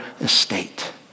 estate